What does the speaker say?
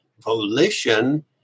volition